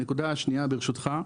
הנקודה השנייה ברשותך.